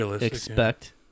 expect